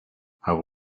how